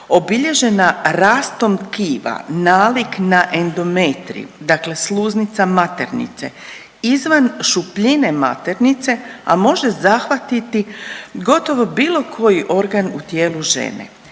obilježena rastom tkiva nalik na endometrij, dakle sluznica maternice izvan šupljine maternice, a može zahvatiti gotovo bilo koji organ u tijelu žene,